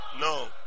No